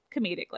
comedically